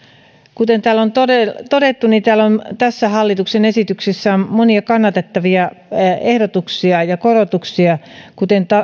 kuten täällä on todettu todettu tässä hallituksen esityksessä on monia kannatettavia ehdotuksia ja korotuksia kuten